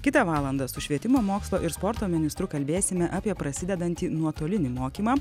kitą valandą su švietimo mokslo ir sporto ministru kalbėsime apie prasidedantį nuotolinį mokymą